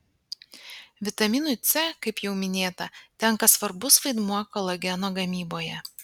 vitaminui c kaip jau minėta tenka svarbus vaidmuo kolageno gamyboje